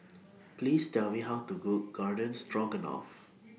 Please Tell Me How to Cook Garden Stroganoff